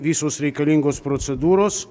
visos reikalingos procedūros